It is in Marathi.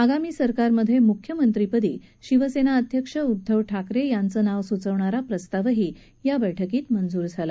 आगामी सरकारमधे मुख्यमंत्री पदी शिवसेना अध्यक्ष उद्धव ठाकरे यांचं नाव सुचवणारा प्रस्तावही या बैठकीत मंजूर झाला